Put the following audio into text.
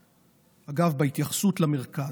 אגב, בהתייחסות למרכז,